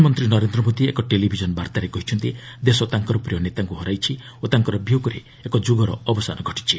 ପ୍ରଧାନମନ୍ତ୍ରୀ ନରେନ୍ଦ୍ର ମୋଦି ଏକ ଟେଲିଭିଜନ୍ ବାର୍ତ୍ତାରେ କହିଛନ୍ତି ଦେଶ ତାଙ୍କର ପ୍ରିୟ ନେତାଙ୍କୁ ହରାଇଛି ଓ ତାଙ୍କର ବିୟୋଗରେ ଏକ ଯୁଗର ଅବସାନ ଘଟିଛି